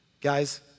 Guys